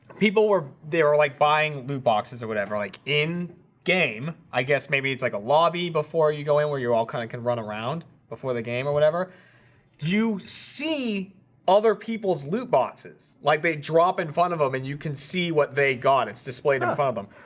people were they were like buying loot boxes or whatever like in game i guess maybe it's like a lobby before you go in where you're all kind of can run around before the game or whatever you see other people's loop bosses like they drop in front of them, and you can see what they gone it's displayed in the problem.